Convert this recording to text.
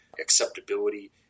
acceptability